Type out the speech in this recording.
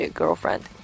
girlfriend